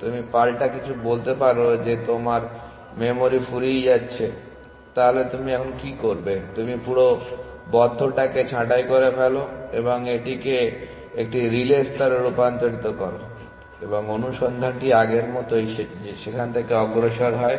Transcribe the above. তুমি পাল্টা কিছু বলতে পারো যে তোমার মেমরি ফুরিয়ে যাচ্ছে তাহলে তুমি এখন কি করবে তুমি পুরো বদ্ধটাকে ছাঁটাই করে ফেলো এবং এটিকে একটি রিলে স্তরে রূপান্তর করো এবং অনুসন্ধানটি আগের মতোই সেখান থেকে অগ্রসর হয়